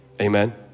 Amen